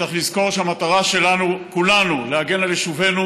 צריך לזכור שהמטרה שלנו, כולנו, להגן על יישובינו.